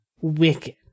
Wicked